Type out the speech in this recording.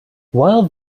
well